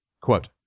Quote